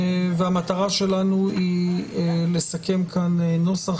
המטרה שלנו היא לסכם כאן נוסח.